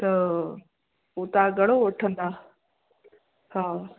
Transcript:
त पोइ तव्हां घणो वठंदा हा